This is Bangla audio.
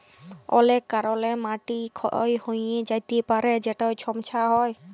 অলেক কারলে মাটি ক্ষয় হঁয়ে য্যাতে পারে যেটায় ছমচ্ছা হ্যয়